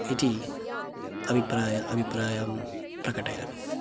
इति अभिप्रायः अभिप्रायं प्रकटयामि